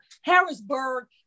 Harrisburg